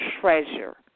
treasure